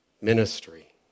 ministry